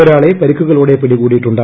ഒരാളെ പരിക്കുകളോടെ പിടികൂടിയിട്ടുണ്ട്